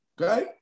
Okay